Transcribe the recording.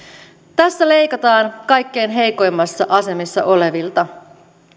tässä leikataan kaikkein heikoimmassa asemassa olevilta